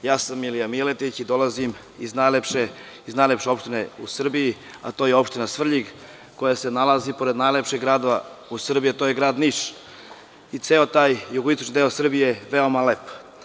Ja sam Milija Miletić i dolazim iz najlepše opštine u Srbiji, a to je Opština Svrljig, koja se nalazi pored najlepšeg grada u Srbiji, a to je Grad Niš, i ceo taj jugoistočni deo Srbije je veoma lep.